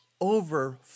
over